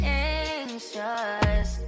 anxious